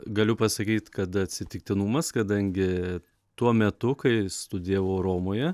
galiu pasakyt kad atsitiktinumas kadangi tuo metu kai studijavau romoje